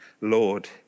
Lord